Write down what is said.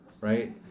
right